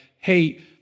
hey